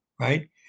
right